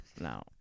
no